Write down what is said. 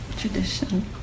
tradition